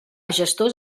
gestors